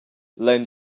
lein